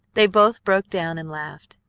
they both broke down and laughed.